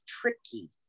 tricky